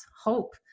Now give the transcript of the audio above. hope